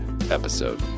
episode